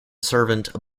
servant